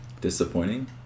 disappointing